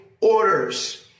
orders